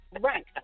Right